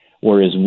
whereas